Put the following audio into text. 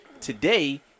Today